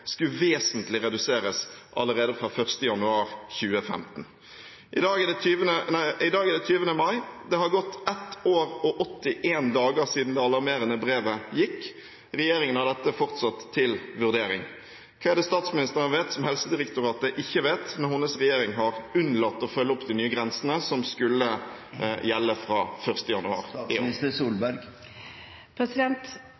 skulle reduseres vesentlig allerede fra 1. januar 2015. I dag er det 20. mai. Det har gått ett år og 81 dager siden det alarmerende brevet gikk. Regjeringen har dette fortsatt til vurdering. Hva er det statsministeren vet som Helsedirektoratet ikke vet, når hennes regjering har unnlatt å følge opp de nye grensene som skulle gjelde fra 1. januar